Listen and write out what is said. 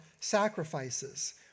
sacrifices